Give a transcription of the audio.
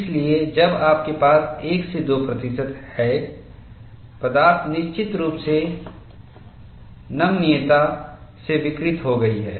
इसलिए जब आपके पास 1 से 2 प्रतिशत है पदार्थ निश्चित रूप से नमनीयता से विकृत हो गई है